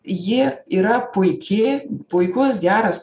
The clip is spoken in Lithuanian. ji yra puiki puikus geras